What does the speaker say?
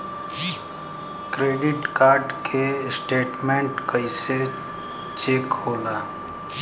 Credit card के statement कइसे check होला?